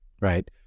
right